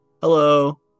Hello